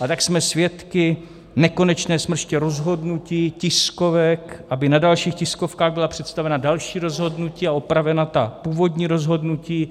A tak jsme svědky nekonečné smrště rozhodnutí, tiskovek, aby na dalších tiskovkách byla představena další rozhodnutí a opravena ta původní rozhodnutí.